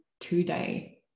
today